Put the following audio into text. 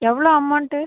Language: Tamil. எவ்வளோ அமௌண்ட்டு